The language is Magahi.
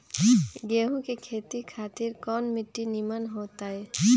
गेंहू की खेती खातिर कौन मिट्टी निमन हो ताई?